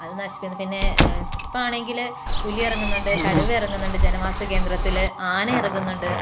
അത് നശിപ്പിക്കും പിന്നേ ഇപ്പൊ ആണെങ്കില് പുലിയിറങ്ങുന്നുണ്ട് കടുവയെറങ്ങുന്നുണ്ട് ജനവാസകേന്ദ്രത്തില് ആനയിറങ്ങുന്നുണ്ട്